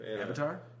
Avatar